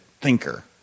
thinker